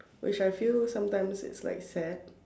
which I feel sometimes is like sad